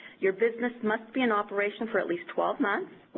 your business must be in operation for at least twelve months,